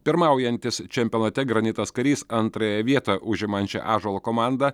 pirmaujantis čempionate granitas karys antrąją vietą užimančią ąžuolo komandą